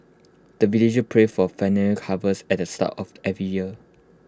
the villagers pray for harvest at the start of every year